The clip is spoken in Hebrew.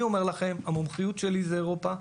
אני אומר לכם, המומחיות שלי זו אירופה,